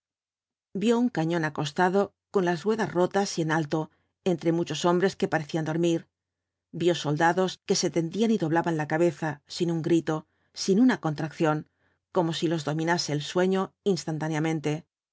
vio un cañón acostado con las ruedas rotas y en alto entre muchos hombres que parecían dormir vio soldados que se tendían y doblaban la cabeza sin un grito sin una contracción como si los dominase el sueño instantáneamente